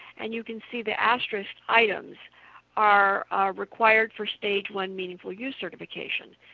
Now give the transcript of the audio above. and you can see, the asterisked items are required for stage one meaningful use certification.